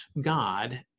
God